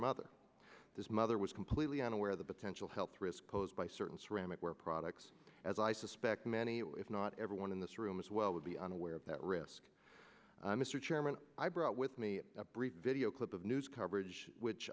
mother this mother was completely unaware of the potential health risks posed by certain ceramic ware products as i suspect many if not everyone in this room as well would be unaware of that risk mr chairman i brought with me a brief video clip of news coverage which